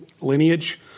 lineage